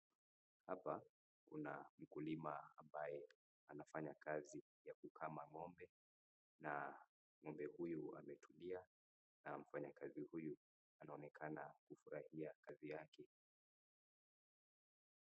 Hapa kuna mkulima ambaye anafanya kazi ya kukama ng'ombe. Na ng'ombe huyu ametulia na mfanyakazi huyu anaonekana kufurahia kazi yake.